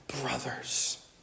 Brothers